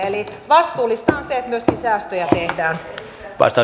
eli vastuullista on se että myöskin säästöjä tehdään